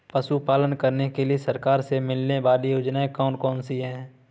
पशु पालन करने के लिए सरकार से मिलने वाली योजनाएँ कौन कौन सी हैं?